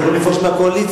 הם יכולים לפרוש מהקואליציה.